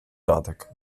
radek